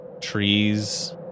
trees